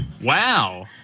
Wow